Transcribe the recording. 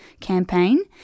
campaign